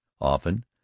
often